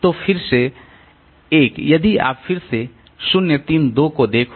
तो फिर से 1 यदि आप फिर से इस 0 3 2 को देखो